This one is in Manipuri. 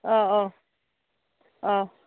ꯑꯥꯎ ꯑꯧ ꯑꯥꯎ